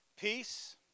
Peace